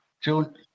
June